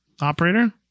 Operator